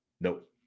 Nope